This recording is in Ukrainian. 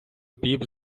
піп